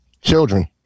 children